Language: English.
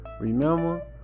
Remember